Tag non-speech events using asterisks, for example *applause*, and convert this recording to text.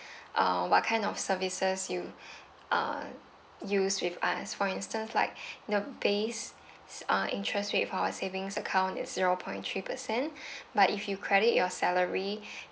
uh what kind of services you *breath* uh use with us for instance like the base uh interest with our savings account is zero point three percent *breath* but if you credit your salary